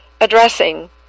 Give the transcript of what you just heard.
addressing